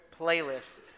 playlist